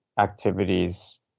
activities